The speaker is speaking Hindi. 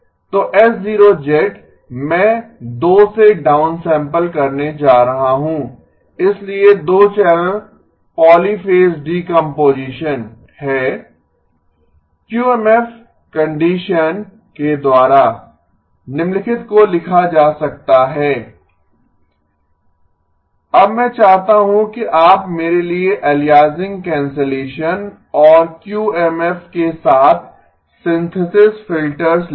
तो H 0 मैं 2 से डाउनसैम्पल करने जा रहा हूं इसलिए 2 चैनल पॉलीफ़ेज़ डीकम्पोजीशन है क्यूएमएफ कंडीशन के द्वारा निम्नलिखित को लिखा जा सकता है अब मैं चाहता हूं कि आप मेरे लिए अलियासिंग कैंसलेशन और क्यूएमएफ के साथ सिंथेसिस फिल्टर्स लिखें